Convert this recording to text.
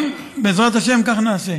אני מסכים, ובעזרת השם כך נעשה.